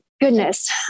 goodness